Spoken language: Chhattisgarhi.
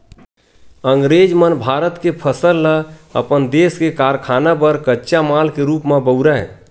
अंगरेज मन भारत के फसल ल अपन देस के कारखाना बर कच्चा माल के रूप म बउरय